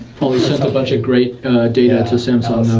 probably sent a bunch of great data to samsung,